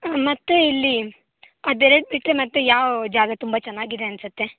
ಮತ್ತು ಇಲ್ಲಿ ಅದೆರಡು ಬಿಟ್ಟರೆ ಮತ್ತೆ ಯಾವ ಜಾಗ ತುಂಬ ಚೆನ್ನಾಗಿದೆ ಅನ್ನಿಸತ್ತೆ